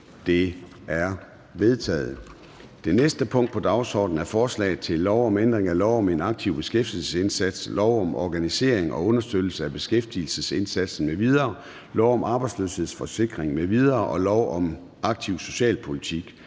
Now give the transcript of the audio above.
30) 2. behandling af lovforslag nr. L 129: Forslag til lov om ændring af lov om en aktiv beskæftigelsesindsats, lov om organisering og understøttelse af beskæftigelsesindsatsen m.v., lov om arbejdsløshedsforsikring m.v. og lov om aktiv socialpolitik.